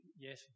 yes